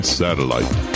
satellite